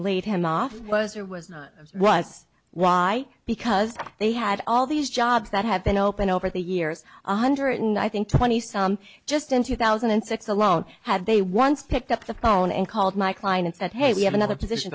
laid him off was or was not was why because they had all these jobs that have been opened over the years one hundred and i think twenty some just in two thousand and six alone had they once picked up the phone and called my kline and said hey we have another position